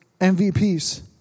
MVPs